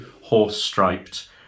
horse-striped